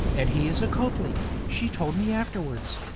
and he is a copley she told me afterwards.